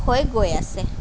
হৈ গৈ আছে